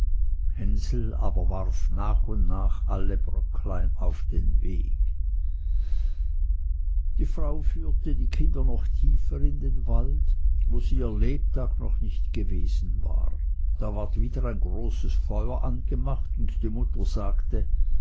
hänsel aber warf nach und nach alle bröcklein auf den weg die frau führte die kinder noch tiefer in den wald wo sie ihr lebtag noch nicht gewesen waren da ward wieder ein großes feuer angemacht und die mutter sagte